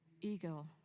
Ego